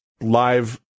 live